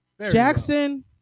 jackson